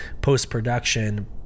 post-production